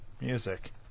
music